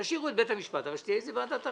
תשאירו את בית המשפט, אבל שתהיה איזה ועדת ערר.